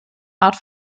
art